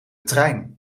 trein